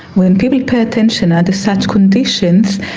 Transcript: when people pay attention under such conditions,